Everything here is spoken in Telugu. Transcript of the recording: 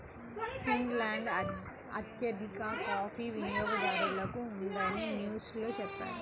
ఫిన్లాండ్ అత్యధిక కాఫీ వినియోగదారుగా ఉందని న్యూస్ లో చెప్పారు